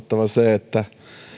että